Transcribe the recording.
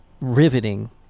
riveting